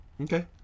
Okay